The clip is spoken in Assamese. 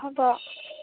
হ'ব